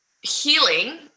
healing